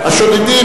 השודדים,